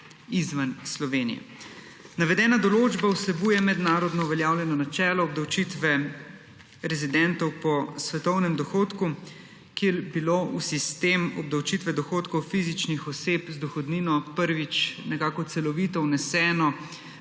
izven Slovenije. Navedena določba vsebuje mednarodno uveljavljeno načelo obdavčitve rezidentov po svetovnem dohodku, ki je bilo v sistem obdavčitve dohodkov fizičnih oseb z dohodnino prvič nekako celovito vneseno